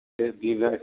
बे